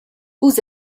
vus